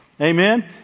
Amen